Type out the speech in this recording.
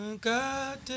God